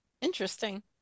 Interesting